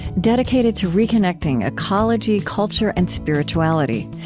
dedicated to reconnecting ecology, culture, and spirituality.